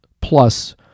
plus